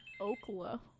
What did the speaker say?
Oklahoma